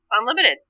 Unlimited